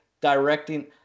directing